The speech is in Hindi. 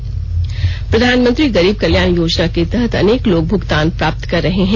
लाभुक स्टोरी प्रधानमंत्री गरीब कल्याण योजना के तहत अनेक लोग भुगतान प्राप्त कर रहे हैं